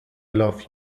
love